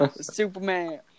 Superman